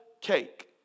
cake